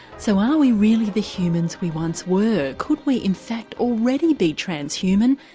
so are are we really the humans we once were? could we in fact already be transhuman?